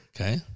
Okay